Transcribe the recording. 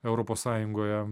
europos sąjungoje